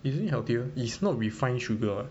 isn't it healthier is not refined sugar [what]